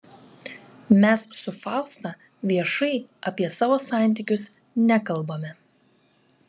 mes su fausta viešai apie savo santykius nekalbame